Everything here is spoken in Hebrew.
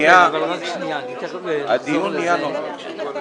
הדיון נהיה נורא.